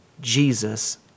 Jesus